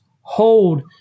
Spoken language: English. Hold